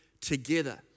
together